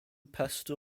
pastor